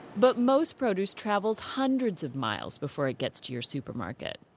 but most produce travels hundreds of miles before it gets to your supermarket.